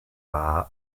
wahr